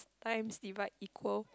times divide equal